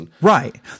Right